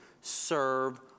serve